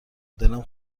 دلم